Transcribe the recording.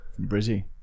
Brizzy